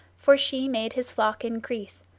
for she made his flock increase,